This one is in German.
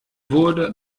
wurde